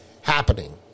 happening